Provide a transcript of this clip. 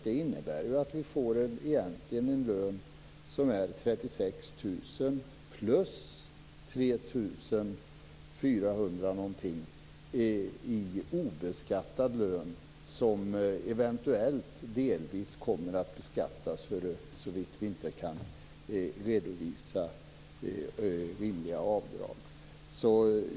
Det innebär ju att vi egentligen får en lön som är 36 000 kr plus 3 400 kr i obeskattad lön, som eventuellt delvis kommer att beskattas om vi inte kan redovisa rimliga avdrag.